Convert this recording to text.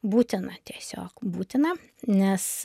būtina tiesiog būtina nes